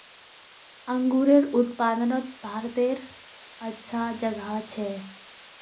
अन्गूरेर उत्पादनोत भारतेर अच्छा जोगोह छे